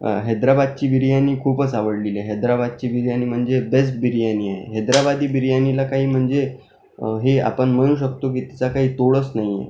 हैद्राबादची बिर्याणी खूपच आवडलेली आहे हैद्राबादची बिर्याणी म्हणजे बेस्ट बिर्याणी आहे हैद्राबादी बिर्याणीला काही म्हणजे हे आपण म्हणू शकतो की तिचा काही तोडच नाही आहे